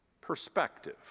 perspective